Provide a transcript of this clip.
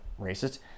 racist